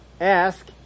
ask